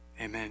Amen